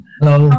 Hello